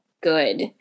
good